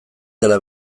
dela